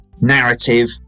narrative